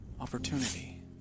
opportunity